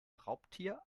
raubtier